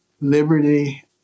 liberty